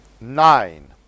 Nine